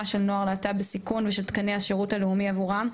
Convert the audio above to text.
של נוער להט"ב בסיכון ושל תקני השירות הלאומי עבורם,